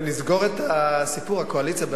לסגור את סיפור הקואליציה,